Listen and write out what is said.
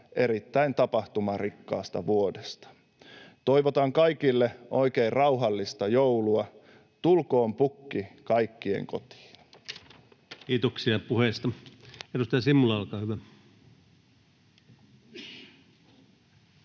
erittäin tapahtumarikkaasta vuodesta. Toivotan kaikille oikein rauhallista joulua. Tulkoon pukki kaikkien kotiin. [Speech 137] Speaker: